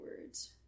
words